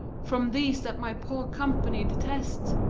from these that my poor company detest.